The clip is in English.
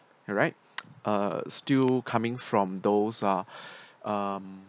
alright uh still coming from those are um